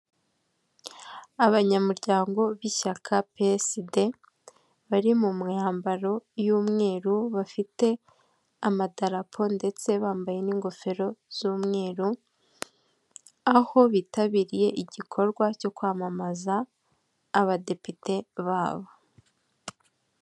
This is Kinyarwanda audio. Abanyamuryango b'ishyaka pe esi de bari mu myambaro y'umweru bafite amadarapo ndetse bambaye n'ingofero z'umweru aho bitabiriye igikorwa cyo kwamamaza abadepite babo.